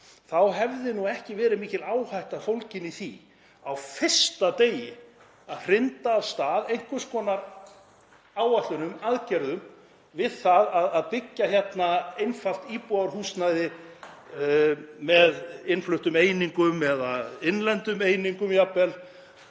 þá hefði ekki verið mikil áhætta fólgin í því á fyrsta degi að hrinda af stað einhvers konar áætlunum, aðgerðum við það að byggja hérna einfalt íbúðarhúsnæði með innfluttum einingum eða innlendum einingum jafnvel